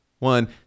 One